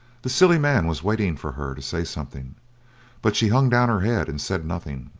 the silly man was waiting for her to say something but she hung down her head, and said nothing.